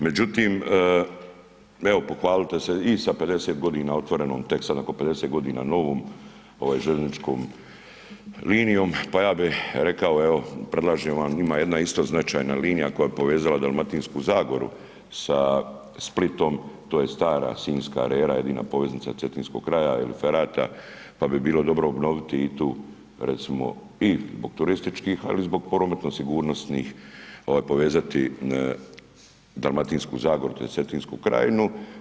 Međutim, evo pohvalite se i sa 50 godina otvorenom tek sad nakon 50 godina novom željezničkom linijom pa ja bi rekao evo predlažem vam ima jedna isto značajna linija koja bi povezala Dalmatinsku zagoru sa Splitom, to je stara Sinjska rera jedina poveznica Cetinskog kraja ili ferata pa bi bilo dobro obnoviti i tu recimo i zbog turističkih, ali i zbog prometno sigurnosnih povezati Dalmatinsku zagoru tj. Cetinsku krajinu.